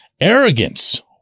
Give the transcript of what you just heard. arrogance